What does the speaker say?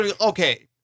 okay